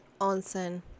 onsen